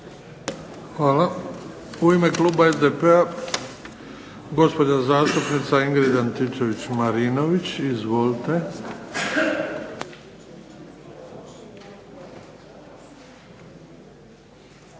Hvala. U ime kluba SDP-a gospođa zastupnica Ingrid Antičević-Marinović. Izvolite.